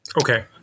Okay